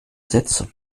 sätze